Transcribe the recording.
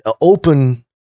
open